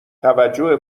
توجه